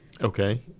Okay